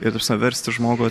ir ta prasme paversti žmogų